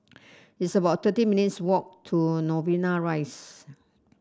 it's about thirty minutes' walk to Novena Rise